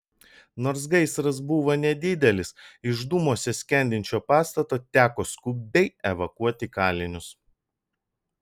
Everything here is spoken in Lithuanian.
nors gaisras buvo nedidelis iš dūmuose skendinčio pastato teko skubiai evakuoti kalinius